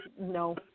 No